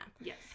yes